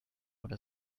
oder